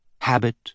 Habit